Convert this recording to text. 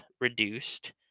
reduced